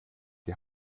die